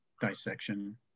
dissection